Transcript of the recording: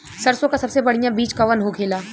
सरसों का सबसे बढ़ियां बीज कवन होखेला?